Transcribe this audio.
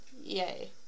Yay